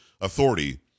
authority